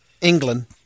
England